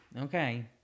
Okay